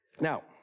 Now